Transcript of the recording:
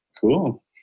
cool